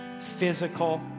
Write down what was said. physical